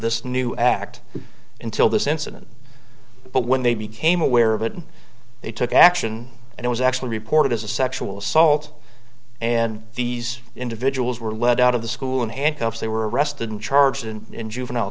this new act until this incident but when they became aware of it and they took action and it was actually reported as a sexual assault and these individuals were led out of the school in handcuffs they were arrested and charged in juvenile